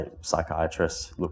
psychiatrist